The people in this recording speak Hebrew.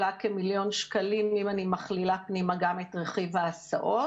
הם נדרשים, מחויבים להתמקד באוכלוסייה זו.